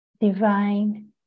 divine